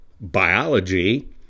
biology